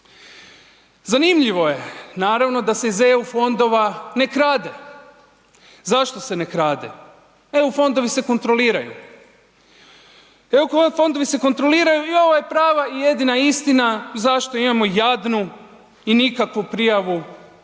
Zanimljivo je da se iz eu fondova ne krade. Zašto se ne krade? Eu fondovi se kontroliraju. EU fondovi se kontroliraju i ovo je prava i jedina istina zašto imamo jadnu i nikakvu prijavu